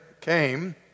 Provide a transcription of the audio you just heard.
came